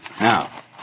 Now